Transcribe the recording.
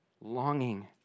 longing